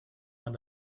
man